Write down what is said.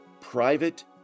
private